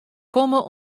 komme